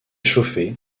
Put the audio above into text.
chauffé